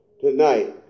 tonight